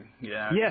Yes